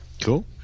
Cool